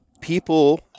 people